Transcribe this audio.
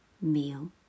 meal